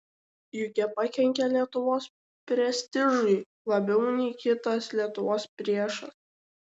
juk jie pakenkė lietuvos prestižui labiau nei kitas lietuvos priešas